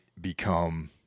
become